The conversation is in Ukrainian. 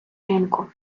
ринку